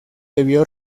debió